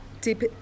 Tip